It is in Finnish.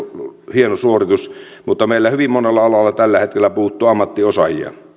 hieno suoritus mutta meillä hyvin monella alalla tällä hetkellä puuttuu ammattiosaajia